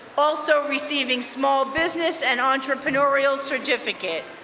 also receiving small business and entrepreneurial certificate.